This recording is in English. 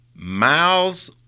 Miles